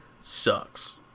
sucks